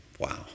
Wow